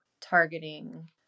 targeting